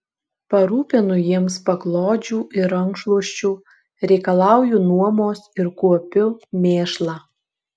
parūpinu jiems paklodžių ir rankšluosčių reikalauju nuomos ir kuopiu mėšlą